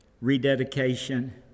rededication